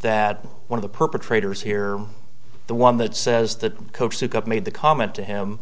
that one of the perpetrators here the one that says that coach souk up made the comment to him